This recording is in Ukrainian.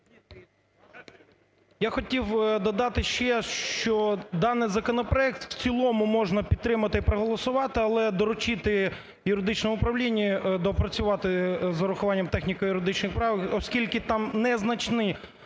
Я хотів додати ще, що даний законопроект в цілому можна підтримати і проголосували. Але доручити Юридичному управлінню доопрацювати з врахуванням техніко-юридичних правок. Оскільки там незначні